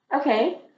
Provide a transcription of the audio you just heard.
okay